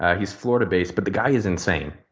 ah he's florida-based, but the guy is insane.